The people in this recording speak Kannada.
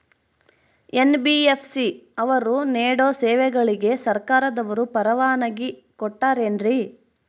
ಎನ್.ಬಿ.ಎಫ್.ಸಿ ಅವರು ನೇಡೋ ಸೇವೆಗಳಿಗೆ ಸರ್ಕಾರದವರು ಪರವಾನಗಿ ಕೊಟ್ಟಾರೇನ್ರಿ?